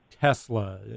Tesla